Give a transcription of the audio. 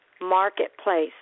marketplace